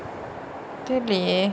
really